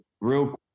Real